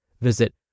Visit